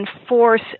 enforce